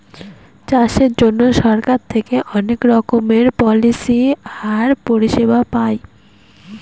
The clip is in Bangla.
চাষের জন্য সরকার থেকে অনেক রকমের পলিসি আর পরিষেবা পায়